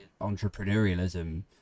entrepreneurialism